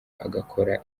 agakora